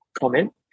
comment